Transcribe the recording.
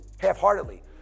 half-heartedly